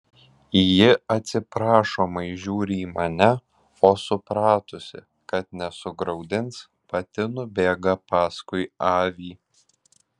ji atsiprašomai žiūri į mane o supratusi kad nesugraudins pati nubėga paskui avį